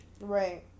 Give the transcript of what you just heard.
right